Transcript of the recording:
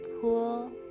pool